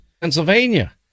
Pennsylvania